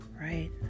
right